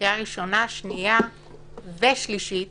בקריאה ראשונה שנייה ושלישית